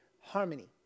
harmony